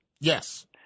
Yes